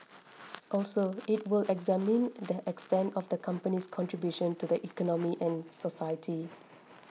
also it will examining the extent of the company's contribution to the economy and society